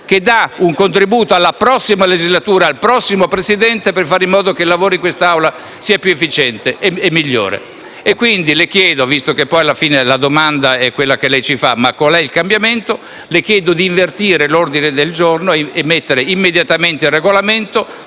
grazie a tutti